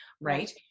right